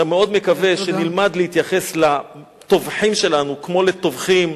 אני מאוד מקווה שנלמד להתייחס לטובחים שלנו כמו לטובחים,